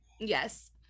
Yes